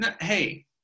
hey